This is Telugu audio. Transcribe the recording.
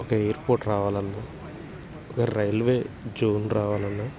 ఒక ఎయిర్పోర్ట్ రావాలన్నా ఒక రైల్వే జోన్ రావాలన్నా